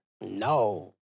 No